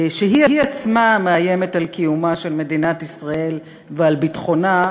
שהיא עצמה מאיימת על קיומה של מדינת ישראל ועל ביטחונה,